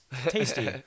tasty